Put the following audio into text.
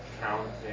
counting